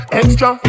extra